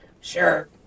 Sure